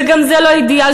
וגם זה לא אידיאל,